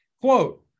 quote